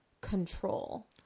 control